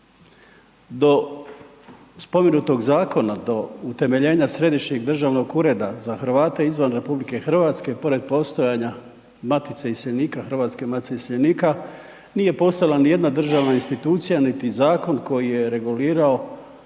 Do spomenutog zakona, do utemeljenja Središnjeg državnog ureda za Hrvate izvan RH pored postojanja Matice iseljenika Hrvatske, Matice iseljenika nije postojala ni jedna državna institucija, niti zakon koji je regulirao